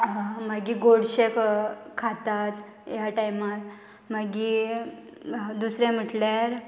मागीर गोडशें खातात ह्या टायमार मागी दुसरें म्हटल्यार